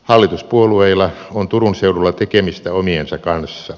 hallituspuolueilla on turun seudulla tekemistä omiensa kanssa